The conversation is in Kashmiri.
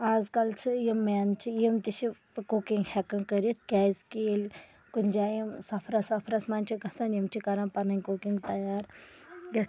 آز کَل چھِ یِم میٚن چھِ یِم تہِ چھِ کُکِنٛگ ہٮ۪کان کٔرِتھ کیٚازِ کہِ ییٚلہِ کُنہِ جایہِ یِم سَفرس وفرَس منٛز چھِ گژھان یِم چھِ کَران پَنٕنۍ کُکنٛگ تَیار